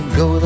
go